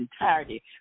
entirety